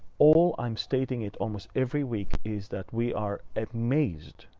all i'm stating in almost every week is that we are amazed,